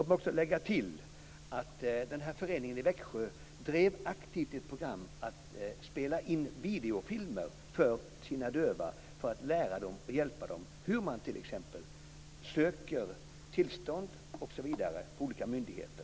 Låt mig också lägga till att den här föreningen i Växjö aktivt drev ett program för att spela in videofilmer för de döva för att lära dem och hjälpa dem hur man t.ex. söker tillstånd osv. hos olika myndigheter.